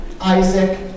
Isaac